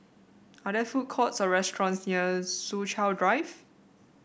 are there food courts or restaurants near Soo Chow Drive